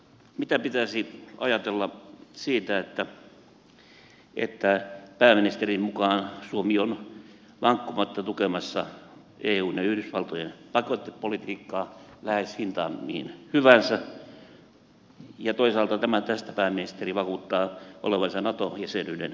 mitä pitäisi ajatella siitä että pääministerin mukaan suomi on vankkumatta tukemassa eun ja yhdysvaltojen pakotepolitiikkaa lähes hintaan mihin hyvänsä ja toisaalta tämän tästä pääministeri vakuuttaa olevansa nato jäsenyyden kannalla